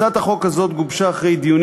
הצעת החוק הזאת גובשה אחרי דיונים